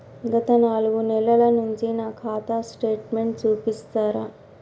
గత నాలుగు నెలల నుంచి నా ఖాతా స్టేట్మెంట్ చూపిస్తరా?